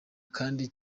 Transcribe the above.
kandi